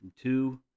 two